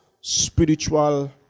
spiritual